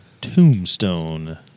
Tombstone